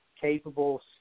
capable